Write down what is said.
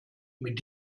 mit